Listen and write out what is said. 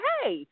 Hey